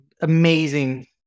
amazing